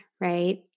right